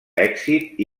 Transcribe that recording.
èxit